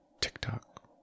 TikTok